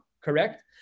correct